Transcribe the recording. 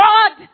God